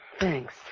Thanks